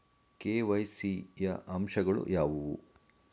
KYC ಯ ಅಂಶಗಳು ಯಾವುವು?